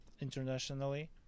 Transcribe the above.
internationally